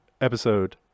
Episode